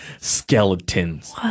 skeletons